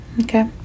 okay